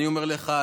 אני אומר לך,